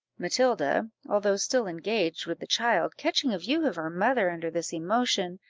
matilda, although still engaged with the child, catching a view of her mother under this emotion,